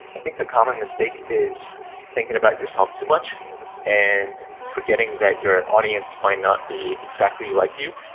i think a common mistake is thinking about yourself too much and forgetting that your audience might not be exactly like you.